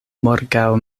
morgaŭ